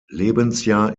lebensjahr